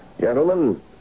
Gentlemen